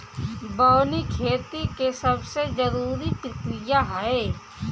बोअनी खेती के सबसे जरूरी प्रक्रिया हअ